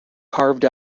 carved